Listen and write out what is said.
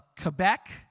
Quebec